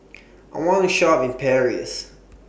I wanna Shopping in Paris